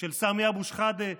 ושל סמי אבו שחאדה,